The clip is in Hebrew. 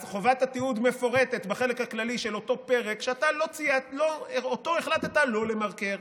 אז חובת התיעוד מפורטת בחלק הכללי של אותו פרק שאותו החלטת שלא למרקר.